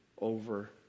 over